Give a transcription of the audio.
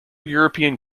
european